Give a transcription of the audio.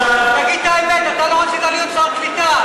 תגיד את האמת, אתה לא רצית להיות שר הקליטה.